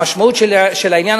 המשמעות של העניין,